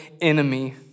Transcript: enemy